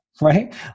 right